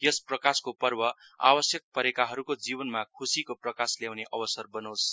यस प्रकाशको पर्व आवश्यक परेकाहरुको जीवनमा खुशिको प्रकाश ल्याउने अवसर बनोस